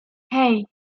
hey